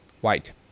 white